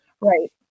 Right